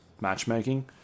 matchmaking